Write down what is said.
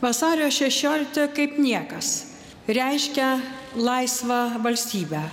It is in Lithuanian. vasario šešiolikta kaip niekas reiškia laisvą valstybę